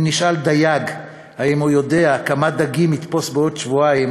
אם נשאל דייג אם הוא יודע כמה דגים יתפוס בעוד שבועיים,